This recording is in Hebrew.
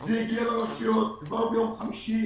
זה הגיע לרשויות כבר ביום חמישי.